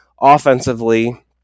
Offensively